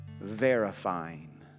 verifying